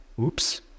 oops